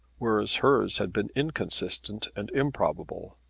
whereas hers had been inconsistent and improbable.